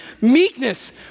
meekness